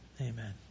Amen